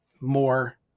more